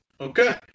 Okay